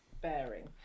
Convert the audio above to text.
bearing